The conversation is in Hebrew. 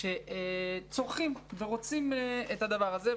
שצורכים ורוצים את הדבר הזה.